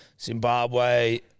Zimbabwe